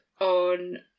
on